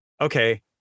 Okay